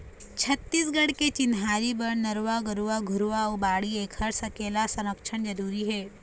छत्तीसगढ़ के चिन्हारी बर नरूवा, गरूवा, घुरूवा अउ बाड़ी ऐखर सकेला, संरक्छन जरुरी हे